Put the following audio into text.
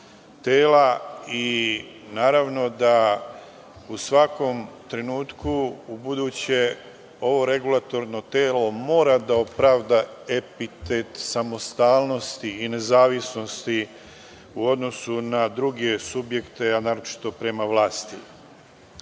tela i naravno da u svakom trenutku ubuduće ovo regulatorno telo mora da opravda epitet samostalnosti i nezavisnosti u odnosu na druge subjekte, a naročito prema vlasti. Inače,